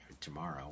tomorrow